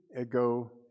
ego